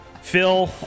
Phil